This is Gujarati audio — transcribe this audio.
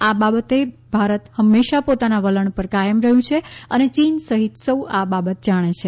આ બાબતે ભારત હંમેશા પોતાના વલણ પર કાયમ રહયું છે અને યીન સહિત સૌ આ બાબત જાણે છે